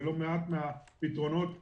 ולא מעט מהפתרונות שהגיעו,